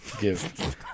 give